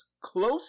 Close